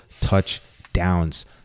touchdowns